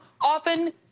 often